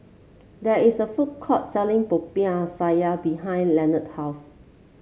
there is a food court selling Popiah Sayur behind Lenard's house